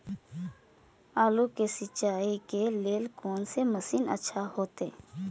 आलू के सिंचाई के लेल कोन से मशीन अच्छा होते?